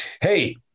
Hey